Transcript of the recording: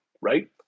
right